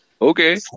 Okay